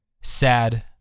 sad